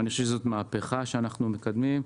אני חושב שזאת מהפכה שאנחנו מקדמים.